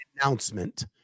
announcement